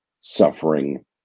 suffering